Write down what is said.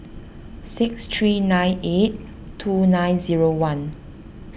six three nine eight two nine zero one